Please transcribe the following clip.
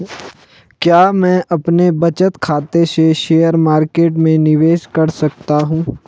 क्या मैं अपने बचत खाते से शेयर मार्केट में निवेश कर सकता हूँ?